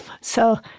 So-